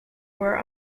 were